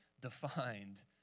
defined